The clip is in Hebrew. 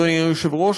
אדוני היושב-ראש,